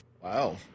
Wow